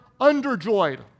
underjoyed